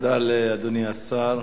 תודה לאדוני השר.